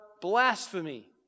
blasphemy